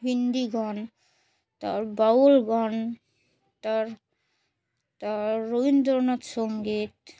হিন্দি গান তার বাউল গান তার তার রবীন্দ্রসঙ্গীত